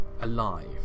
alive